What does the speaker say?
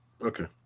Okay